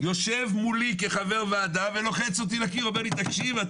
יושב מולי כחבר ועדה ולוחץ אותי לקיר ואומר לי 'תקשיב,